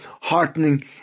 heartening